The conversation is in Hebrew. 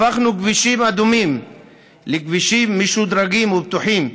הפכנו כבישים אדומים לכבישים משודרגים ובטוחים,